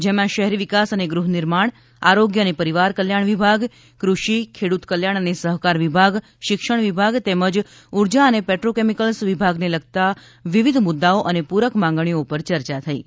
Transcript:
જેમાં શહેરી વિકાસ અને ગૃહનિર્માણ આરોગ્ય અને પરિવાર કલ્યાણ વિભાગ ક્રષિ ખેડૂત કલ્યાણ અને સહકાર વિભાગ શિક્ષણ વિભાગ તેમજ ઉર્જા અને પેટ્રોકેમિકલ્સ વિભાગને લગતા વિવિધ મુદ્દાઓ અને પૂરક માગણીઓ પર ચર્ચા થઇ હતી